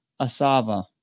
Asava